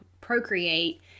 procreate